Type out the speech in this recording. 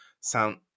sound